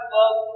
love